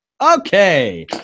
Okay